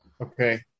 Okay